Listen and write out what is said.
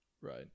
Right